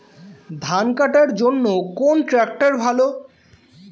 ধান কাটার জন্য কোন ট্রাক্টর ভালো?